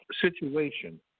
situation